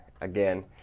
again